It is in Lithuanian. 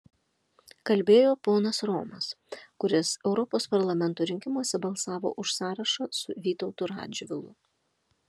kalbėjo ponas romas kuris europos parlamento rinkimuose balsavo už sąrašą su vytautu radžvilu